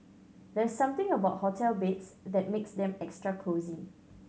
there's something about hotel beds that makes them extra cosy